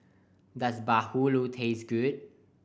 does bahulu taste good